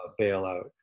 bailout